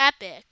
epic